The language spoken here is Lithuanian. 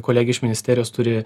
kolegė iš ministerijos turi